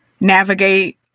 navigate